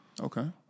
Okay